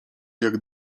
jak